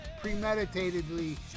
premeditatedly